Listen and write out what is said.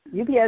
UPS